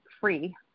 free